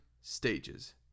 stages